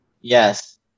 Yes